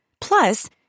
Plus